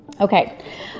Okay